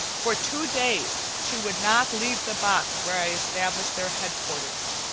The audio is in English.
for two days she would not leave the box where i established their headquarters,